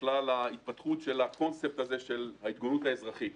ההתפתחות של קונספט ההתגוננות האזרחית.